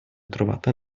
trovata